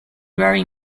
very